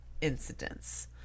incidents